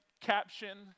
caption